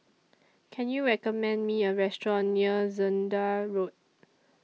Can YOU recommend Me A Restaurant near Zehnder Road